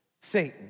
Satan